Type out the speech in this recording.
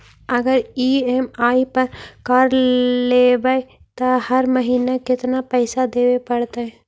अगर ई.एम.आई पर कार लेबै त हर महिना केतना पैसा देबे पड़तै?